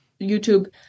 YouTube